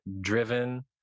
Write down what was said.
driven